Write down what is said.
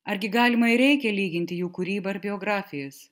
argi galima ir reikia lyginti jų kūrybą ir biografijas